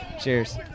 cheers